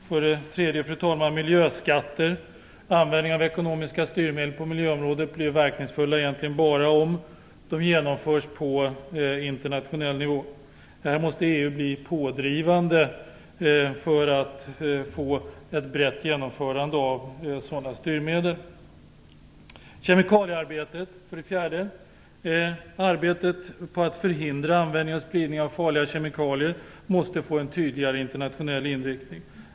För det tredje gäller det miljöskatter. Användningen av ekonomiska styrmedel på miljöområdet blir verkningsfull bara om åtgärderna genomförs på internationell nivå. EU måste bli pådrivande för att åstadkomma ett brett genomförande av sådana styrmedel. För det fjärde gäller det kemikaliearbetet. Arbetet på att förhindra användning och spridning av farliga kemikalier måste få en tydligare internationell inriktning.